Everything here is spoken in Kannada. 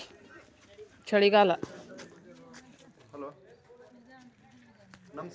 ರಾಬಿ ಮತ್ತ ಖಾರಿಫ್ ಋತುಗಳ ಮಧ್ಯಕ್ಕ ಬರೋ ಋತು ಯಾವುದ್ರೇ?